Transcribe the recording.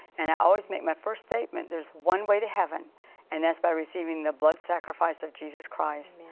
and i always make my first statement. there's one way to happen and that's by receiving the blood sacrifice of jesus christ.